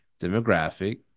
demographic